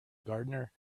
gardener